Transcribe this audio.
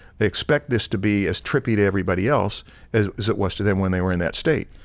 they expect this to be as trippy to everybody else as as it was to them when they were in that state.